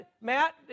Matt